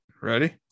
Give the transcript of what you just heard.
Ready